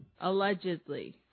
Allegedly